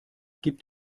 gibt